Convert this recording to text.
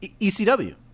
ECW